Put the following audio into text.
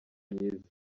myiza